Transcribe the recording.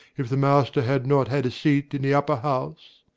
if the master had not had a seat in the upper house.